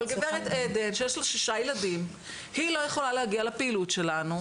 אבל גברת עדן שיש לה 6 ילדים היא לא יכולה להגיע לפעילות שלנו,